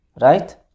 Right